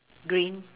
green